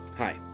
Hi